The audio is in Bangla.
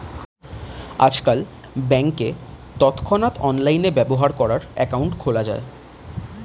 আজকাল ব্যাংকে তৎক্ষণাৎ অনলাইনে ব্যবহার করার অ্যাকাউন্ট খোলা যায়